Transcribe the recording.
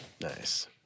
Nice